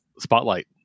spotlight